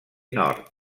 nord